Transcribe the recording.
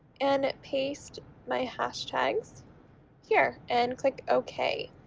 and paste my hashtags here and click okay.